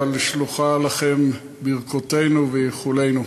אבל שלוחים לכם ברכותינו ואיחולינו.